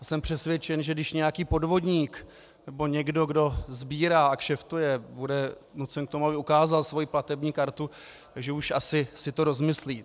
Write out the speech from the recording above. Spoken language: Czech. Já jsem přesvědčen, že když nějaký podvodník nebo někdo, kdo sbírá a kšeftuje, bude nucen k tomu, aby ukázal svoji platební kartu, že už si to asi rozmyslí.